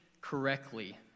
correctly